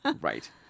Right